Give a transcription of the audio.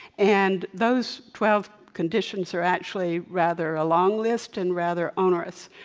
and those twelve conditions are actually rather a long list and rather onerous.